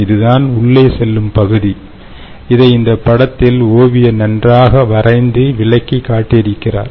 இதுதான் உள்ளே செல்லும் பகுதி இதை இந்தப்படத்தில் ஓவியர் நன்றாக வரைந்து விளக்கிக் காட்டியிருக்கிறார்